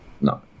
No